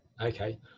Okay